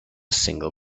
single